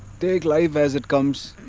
take life as it comes.